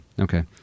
Okay